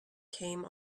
came